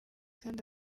kandi